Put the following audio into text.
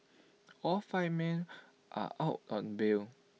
all five men are out on bail